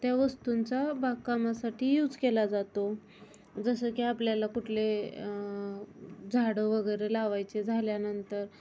त्या वस्तूंचा बागकामासाठी यूज केला जातो जसं की आपल्याला कुठले झाडं वगैरे लावायचे झाल्यानंतर